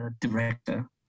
director